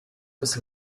bis